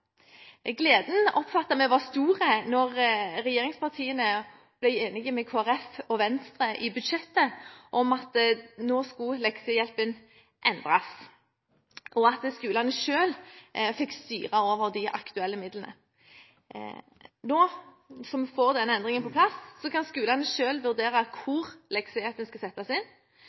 Gleden oppfattet vi var stor da regjeringspartiene ble enige med Kristelig Folkeparti og Venstre i budsjettet om at leksehjelpen nå skulle endres, og at skolene selv skulle få styre over de aktuelle midlene. Nå som vi får denne endringen på plass, kan skolene selv vurdere hvor leksehjelpen skal settes inn.